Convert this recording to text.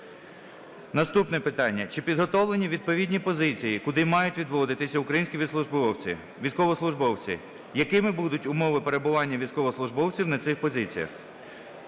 Наступне питання. Чи підготовлені відповідні позиції, куди мають відводитися українські військовослужбовці? Якими будуть умови перебування військовослужбовців на цих позиціях?